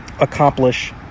accomplish